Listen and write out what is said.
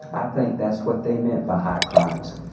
i think that's what they meant by high crimes.